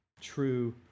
true